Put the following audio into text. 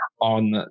on